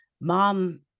mom